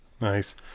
nice